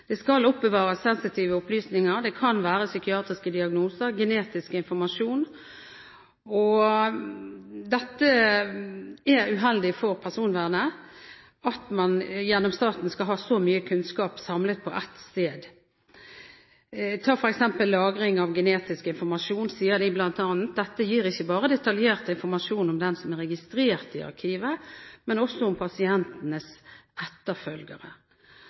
Det skal oppbevares sensitive opplysninger. Det kan være psykiatriske diagnoser, genetisk informasjon. Det er uheldig for personvernet at man gjennom staten skal ha så mye kunnskap samlet på ett sted. Når det gjelder f.eks. lagring av genetisk informasjon, sies det bl.a. at dette ikke bare gir detaljert informasjon om den som er registrert i arkivet, men også om pasientenes etterfølgere,